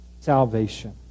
salvation